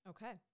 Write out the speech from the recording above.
Okay